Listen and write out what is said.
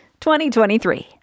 2023